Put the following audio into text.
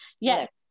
Yes